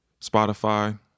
Spotify